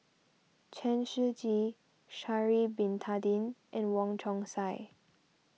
Chen Shiji Sha'ari Bin Tadin and Wong Chong Sai